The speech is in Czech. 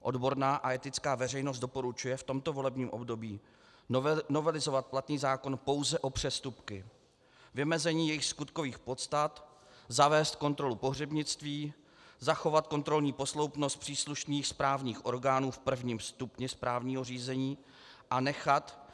Odborná a etická veřejnost doporučuje v tomto volebním období novelizovat platný zákon pouze o přestupky, vymezení jejich skutkových podstat, zavést kontrolu pohřebnictví, zachovat kontrolní posloupnost příslušných správních orgánů v prvním stupni správního řízení a nechat